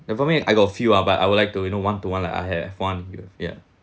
like for me and I got a few ah but I would like to you know one to one like I have one with ya